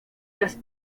las